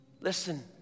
Listen